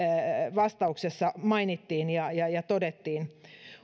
vastauksessa mainittiin ja ja todettiin